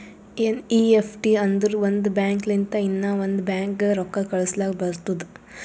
NEFT ಅಂದುರ್ ಒಂದ್ bank ಲಿಂತ ಇನ್ನಾ ಒಂದ್ ಬ್ಯಾಂಕ್ಗ ರೊಕ್ಕಾ ಕಳುಸ್ಲಾಕ್ ಬರ್ತುದ್